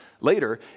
Later